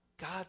God